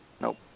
Nope